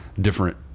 different